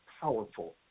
powerful